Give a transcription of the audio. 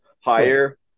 higher